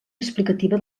explicativa